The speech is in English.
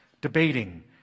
debating